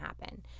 happen